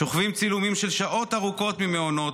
שוכבים צילומים של שעות ארוכות ממעונות,